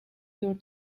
your